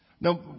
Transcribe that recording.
Now